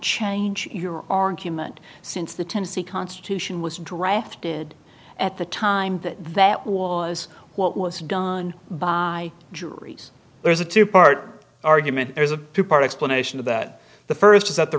change your argument since the tennessee constitution was drafted at the time that that was what was done by juries there's a two part argument there's a two part explain ation of that the first is that the